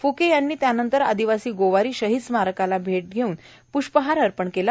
फुके यांनी त्यानंतर आदिवासी गोवारी शहीद स्मारकाला भेट देऊन प्रष्पहार अर्पण केला